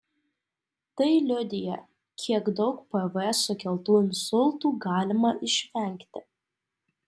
tai liudija kiek daug pv sukeltų insultų galima išvengti